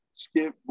Skip